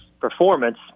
performance